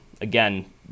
Again